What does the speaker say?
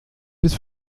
bis